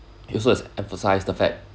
he also emphasised the fact